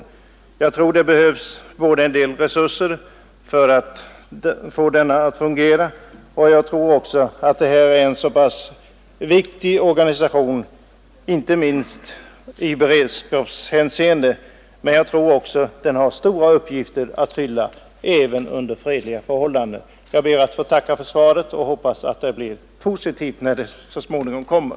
Jag tror det behövs en del resurser för att få den att fungera. Det här är en viktig organisation i beredskapshänseende, men jag tror att den har stora uppgifter att fylla även under fredliga förhållanden. Jag ber än en gång att få tacka för svaret och hoppas att förslaget blir positivt när det så småningom kommer.